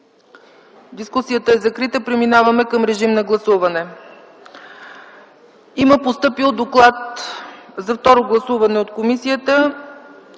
Дискусията е закрита. Преминаваме към режим на гласуване. Има постъпил доклад за второ гласуване от комисията,